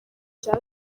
cya